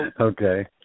okay